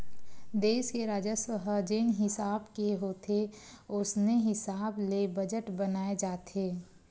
देस के राजस्व ह जेन हिसाब के होथे ओसने हिसाब ले बजट बनाए जाथे